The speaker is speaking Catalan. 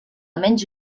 menys